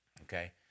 Okay